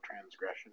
transgression